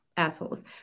assholes